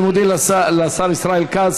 אני מודה לשר ישראל כץ,